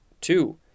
Two